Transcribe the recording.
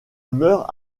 meurt